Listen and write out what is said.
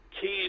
keys